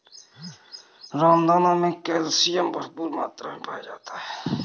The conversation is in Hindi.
रामदाना मे कैल्शियम भरपूर मात्रा मे पाया जाता है